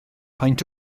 peint